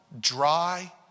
dry